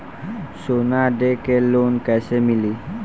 सोना दे के लोन कैसे मिली?